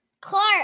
Clark